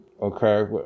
Okay